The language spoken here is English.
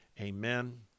Amen